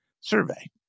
survey